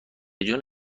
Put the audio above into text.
جون